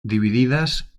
divididas